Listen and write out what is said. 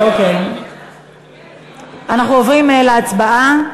אנחנו עוברים להצבעה.